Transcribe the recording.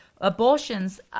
abortions